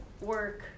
work